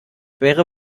wäre